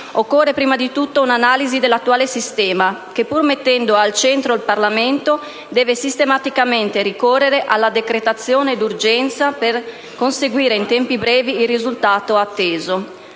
occorre prima di tutto un'analisi dell'attuale sistema, che, pur mettendo al centro il Parlamento, deve sistematicamente ricorrere alla decretazione d'urgenza per conseguire in tempi brevi il risultato atteso.